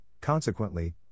consequently